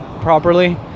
properly